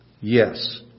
Yes